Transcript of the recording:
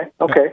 okay